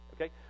Okay